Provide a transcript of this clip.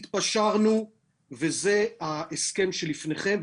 התפשרנו, וזה ההסכם שלפניכם,